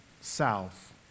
south